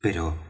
pero